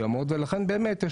ולכן,